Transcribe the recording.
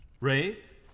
Wraith